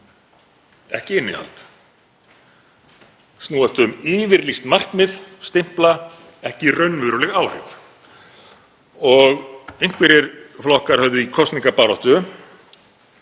ekki innihald, snúast um yfirlýst markmið, stimpla, ekki raunveruleg áhrif. Og einhverjir flokkar höfðu í kosningabaráttunni